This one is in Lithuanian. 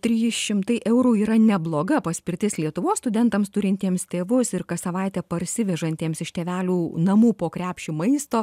trys šimtai eurų yra nebloga paspirtis lietuvos studentams turintiems tėvus ir kas savaitę parsivežantiems iš tėvelių namų po krepšį maisto